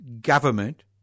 government